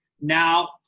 now